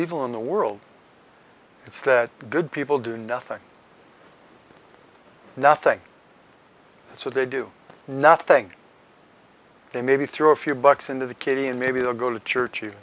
evil in the world it's that good people do nothing nothing so they do nothing they maybe throw a few bucks into the kitty and maybe they'll go to church you